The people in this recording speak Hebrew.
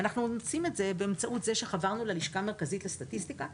אנחנו עושים זאת באמצעות זה שחברנו ללשכה המרכזית לסטטיסטיקה,